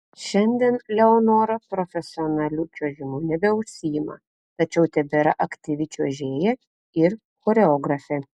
šiandien leonora profesionaliu čiuožimu nebeužsiima tačiau tebėra aktyvi čiuožėja ir choreografė